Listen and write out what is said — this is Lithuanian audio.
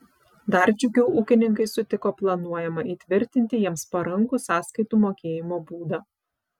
dar džiugiau ūkininkai sutiko planuojamą įtvirtinti jiems parankų sąskaitų mokėjimo būdą